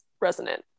resonant